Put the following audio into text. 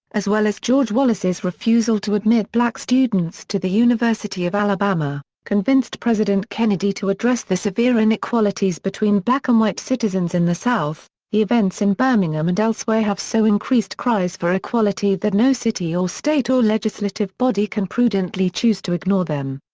as well as george wallace's refusal to admit black students to the university of alabama, convinced president kennedy to address the severe inequalities between black and um white citizens in the south the events in birmingham and elsewhere have so increased cries for equality that no city or state or legislative body can prudently choose to ignore them.